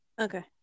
Okay